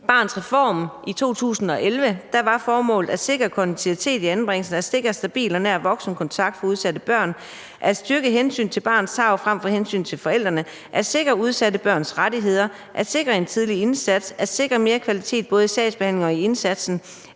Barnets Reform i 2011 var at sikre kontinuitet i anbringelsen, at sikre en stabil og nær voksenkontakt for udsatte børn, at styrke hensynet til barnets tarv frem for hensynet til forældrene, at sikre udsatte børns rettigheder, at sikre en tidlig indsats, at sikre mere kvalitet både i sagsbehandlingen og i indsatsen,